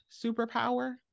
superpower